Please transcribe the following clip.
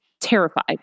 terrified